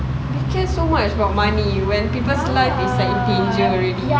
they care so much about money when people's live is in danger already